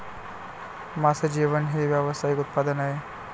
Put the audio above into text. मासे जेवण हे व्यावसायिक उत्पादन आहे